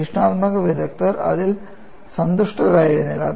പരീക്ഷണാത്മക വിദഗ്ധർ അതിൽ സന്തുഷ്ടരായിരുന്നില്ല